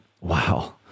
Wow